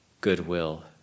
goodwill